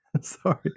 sorry